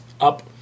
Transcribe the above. up